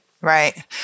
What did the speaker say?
Right